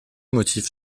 motifs